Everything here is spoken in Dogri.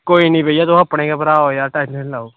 कोई निं भैया यार तुस अपने गै भ्रा ओ तुस टेंशन निं लैओ